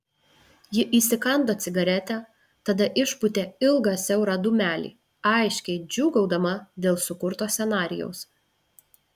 ji įsikando cigaretę tada išpūtė ilgą siaurą dūmelį aiškiai džiūgaudama dėl sukurto scenarijaus